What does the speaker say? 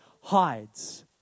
hides